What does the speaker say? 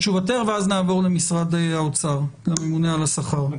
תשובתך ואז נעבור למשרד האוצר, לממונה על השכר.